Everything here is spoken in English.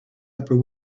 upper